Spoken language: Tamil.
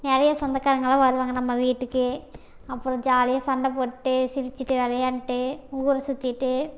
நிறைய சொந்தகாரங்கள்லாம் வருவாங்க நம்ம வீட்டுக்கு அப்றம் ஜாலியாக சண்டை போட்டு சிரிச்சுட்டு விளையாண்டுட்டு ஊரை சுத்திட்டு